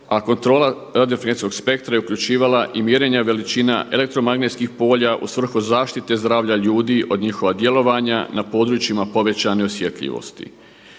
a kontrola radio frekvencijskog spektra je uključivala i mjerenja veličina elektromagnetskih polja u svrhu zaštite zdravlja ljudi od njihova djelovanja na područjima povećane osjetljivosti.